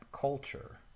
culture